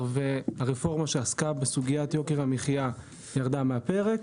שהרפורמה שעסקה בסוגיית יוקר המחיה ירדה מהפרק.